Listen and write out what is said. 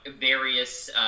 various